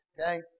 Okay